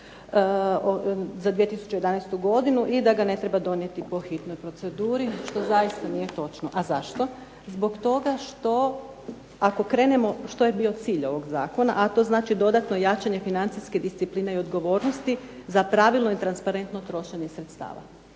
za 2011. godinu i da ga ne treba donijeti po hitnoj proceduri što zaista nije točno. A zašto? Zbog toga što ako krenemo što je bio cilj ovog zakona, a to znači dodatno jačanje financijske discipline i odgovornosti za pravilno i transparentno trošenje sredstava,